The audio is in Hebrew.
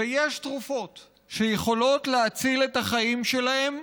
ויש תרופות שיכולות להציל את החיים שלהם,